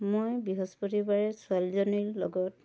মই বৃহস্পতিবাৰে ছোৱালীজনীৰ লগত